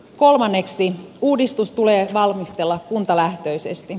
kolmanneksi uudistus tulee valmistella kuntalähtöisesti